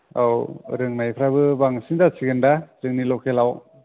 औ रोंनायफ्राबो बांसिन जासिगोन दा जोंनि लकेलाव